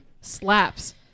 slaps